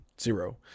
Zero